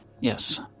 yes